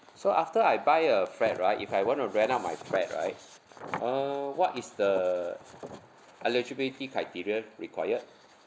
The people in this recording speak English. so after I buy a flat right if I wanna rent out my flat right uh what is the eligibility criteria required